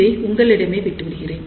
இதை உங்களிடமே விட்டு விடுகிறேன்